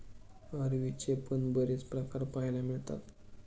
अरवीचे पण बरेच प्रकार पाहायला मिळतात